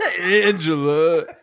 Angela